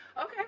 Okay